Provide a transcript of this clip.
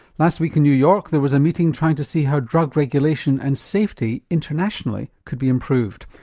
last week in new york there was a meeting trying to see how drug regulation and safety internationally could be improved.